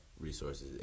resources